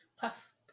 Puff